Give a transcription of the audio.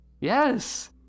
Yes